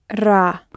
Ra